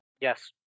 yes